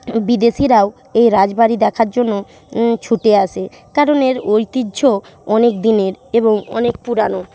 বিদেশীরাও এই রাজবাড়ি দেখার জন্য ছুটে আসে কারণ এর ঐতিহ্য অনেক দিনের এবং অনেক পুরনো